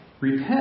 repent